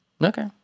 Okay